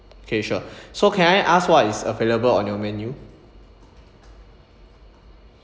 okay sure so can I ask what is available on your menu